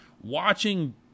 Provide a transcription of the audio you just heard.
watching